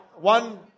One